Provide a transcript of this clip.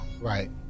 Right